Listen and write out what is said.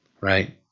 right